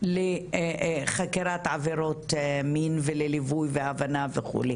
לחקירת עבירות מין, ולליווי והבנה וכו'.